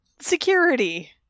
security